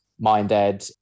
MindEd